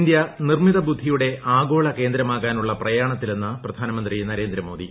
India നിർമ്മിത ബുദ്ധിയുടെ ആഗോള കേന്ദ്രമാകാനുള്ള പ്രയാണത്തിലെന്ന് പ്രധാനമന്ത്രി നരേന്ദ്ര മോദി